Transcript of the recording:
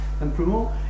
Simplement